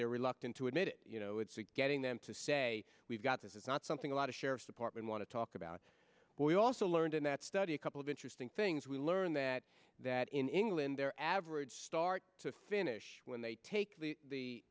they're reluctant to admit it you know it's getting them to say we've got this is not something a lot of sheriff's department want to talk about we also learned in that study a couple of interesting things we learned that that in england their average start to finish when they take the